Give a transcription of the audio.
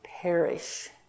perish